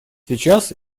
сейчас